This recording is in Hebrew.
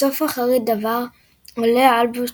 בסוף אחרית הדבר עולה אלבוס